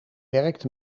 werkt